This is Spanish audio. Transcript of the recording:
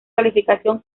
calificación